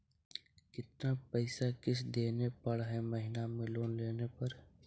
कितना पैसा किस्त देने पड़ है महीना में लोन लेने पर?